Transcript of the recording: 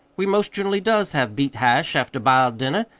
we most generally does have beet hash after b'iled dinner,